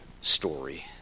story